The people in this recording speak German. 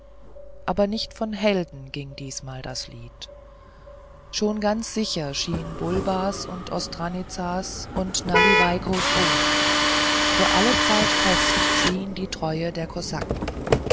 aber nicht von helden ging diesmal das lied schon ganz sicher schien bulbas und ostranitzas und naliwaikos ruhm für alle zeiten fest schien die treue der kosaken